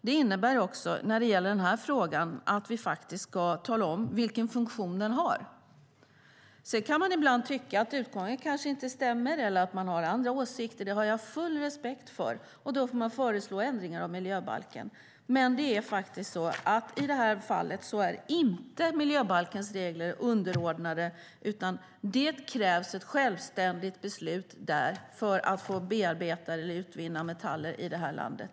Det innebär när det gäller den här frågan att vi ska tala om vilken funktion den har. Ibland kan man tycka att utgången inte stämmer, eller också har man andra åsikter. Det har jag full respekt för. Då får man föreslå ändringar av miljöbalken. Men i det här fallet är miljöbalkens regler inte underordnade, utan det krävs ett självständigt beslut där för att få bearbeta eller utvinna metaller i det här landet.